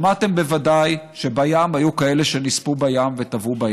שמעתם, בוודאי, שבים היו כאלה שנספו וטבעו.